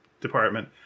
department